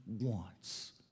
wants